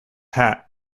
hat